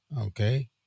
Okay